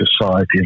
society